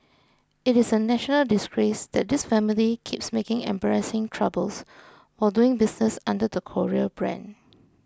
it is a national disgrace that this family keeps making embarrassing troubles while doing business under the Korea brand